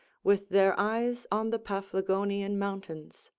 with their eyes on the paphlagonian mountains.